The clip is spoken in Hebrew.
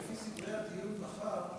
לפי סדרי הדיון מחר,